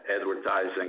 advertising